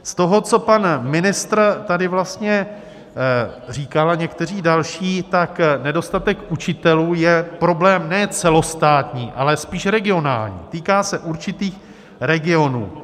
Z toho, co pan ministr tady říkal, a někteří další, nedostatek učitelů je problém ne celostátní, ale spíš regionální, týká se určitých regionů.